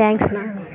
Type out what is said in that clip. தேங்க்ஸ்ண்ணா